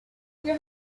their